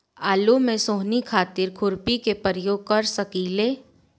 आलू में सोहनी खातिर खुरपी के प्रयोग कर सकीले?